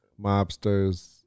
mobsters